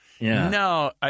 No